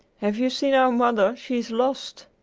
have you seen our mother? she's lost!